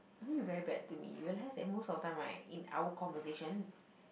you really very bad to me you realize that most of the time right in our conversation